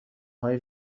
های